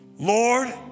Lord